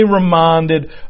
reminded